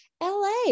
LA